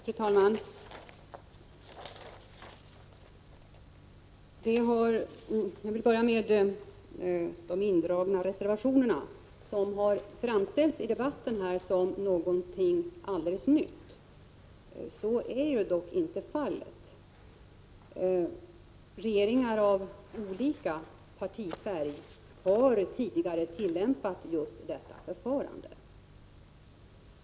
Fru talman! Jag vill börja med de indragna reservationerna, som här i debatten har framställts som någonting alldeles nytt. Så är dock inte fallet. Regeringar av olika partifärg har tidigare tillämpat just detta förfarande.